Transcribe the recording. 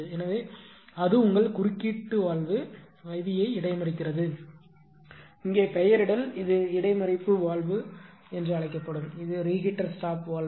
எனவே அது உங்கள் குறுக்கீடு வால்வு IV ஐ இடைமறிக்கிறது இங்கே பெயரிடல் இது இடைமறிப்பு வால்வு ஆகும் இது ரீஹீட்டர் ஸ்டாப் வால்வு